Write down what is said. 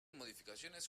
modificaciones